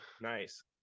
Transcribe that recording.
nice